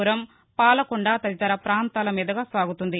పురం పాలకొండ తదితర ప్రాంతాల మీదుగా సాగుతుంది